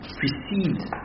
precedes